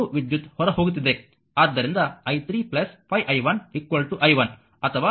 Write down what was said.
ಎರಡೂ ವಿದ್ಯುತ್ ಹೊರ ಹೋಗುತ್ತಿದೆ